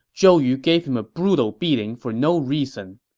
zhou yu gave him a brutal beating for no reason.